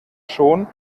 schon